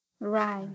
Right